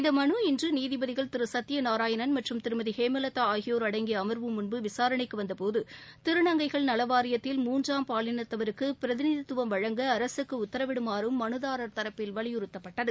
இந்த மனு இன்று நீதிபதிகள் திரு சத்தியநாராயணன் மற்றும் திருமதி ஹேமலதா ஆகியோர் அடங்கிய அமர்வு முன்பு விசாரணைக்கு வந்த போது திருநங்கைகள் நலவாரியத்தில் மூன்றாம் பாலினத்தவருக்கு பிரதிநிதித்தவம் வழங்க உத்தரவிடுமாறும் தரப்பில் அரசுக்கு மனுதாரர் வலியுறுத்தப்பட்டது